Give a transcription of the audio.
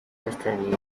destiny